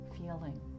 feeling